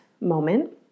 moment